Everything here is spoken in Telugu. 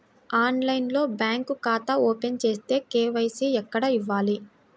ఆన్లైన్లో బ్యాంకు ఖాతా ఓపెన్ చేస్తే, కే.వై.సి ఎక్కడ ఇవ్వాలి?